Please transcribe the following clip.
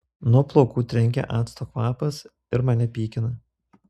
nuo plaukų trenkia acto kvapas ir mane pykina